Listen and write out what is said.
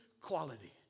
quality